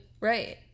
right